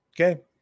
okay